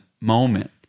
moment